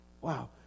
Wow